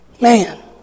Man